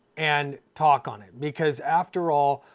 and talk on it? because after all,